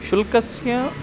शुल्कस्य